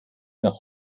nach